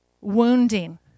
wounding